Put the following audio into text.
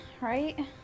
right